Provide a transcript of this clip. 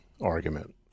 argument